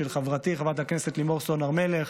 של חברתי חברת הכנסת לימור סון הר מלך,